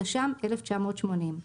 התש"ם - 1980,